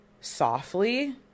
softly